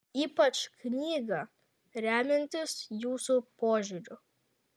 ypač knygą remiantis jūsų požiūriu